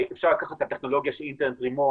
אפשר לקחת את הטכנולוגיה של רימון,